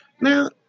Now